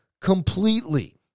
completely